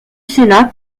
sénat